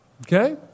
Okay